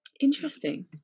Interesting